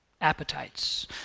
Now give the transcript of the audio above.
appetites